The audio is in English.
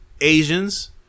Asians